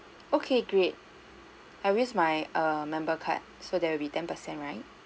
okay great I'll use my err member card so there'll be ten percent right